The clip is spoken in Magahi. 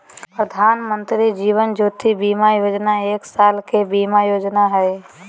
प्रधानमंत्री जीवन ज्योति बीमा योजना एक साल के बीमा योजना हइ